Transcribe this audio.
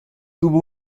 tuvo